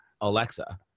Alexa